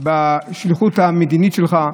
בשליחות המדינית שלך,